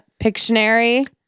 Pictionary